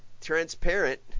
transparent